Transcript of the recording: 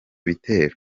bitero